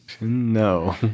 No